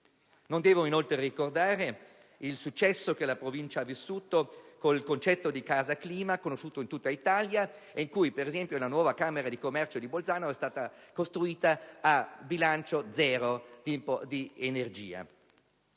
Non devo inoltre ricordare il successo che la Provincia ha vissuto con il concetto di CasaClima, conosciuto in tutt'Italia e con cui, per esempio, la nuova Camera di commercio di Bolzano è stata costruita a costo zero, quanto al